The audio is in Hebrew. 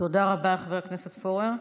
תודה רבה, חבר הכנסת פורר.